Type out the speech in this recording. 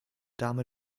dame